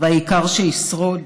העיקר שישרוד.